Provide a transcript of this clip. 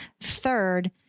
Third